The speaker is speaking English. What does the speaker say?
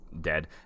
dead